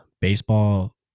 baseball